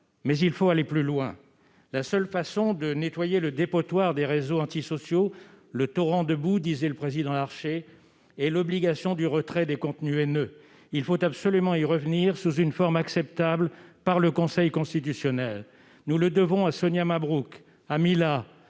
Mais il faut aller plus loin. La seule façon de nettoyer le dépotoir des réseaux antisociaux, le « torrent de boue », disait le président Larcher, est l'obligation de retirer les contenus haineux. Il faut absolument y revenir sous une forme acceptable par le Conseil constitutionnel. Nous le devons à Sonia Mabrouk, à Mila,